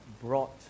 brought